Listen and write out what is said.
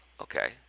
Okay